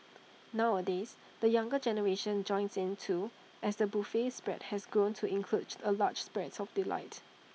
nowadays the younger generation joins in too as the buffet spread has grown to include A large spread of delights